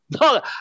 No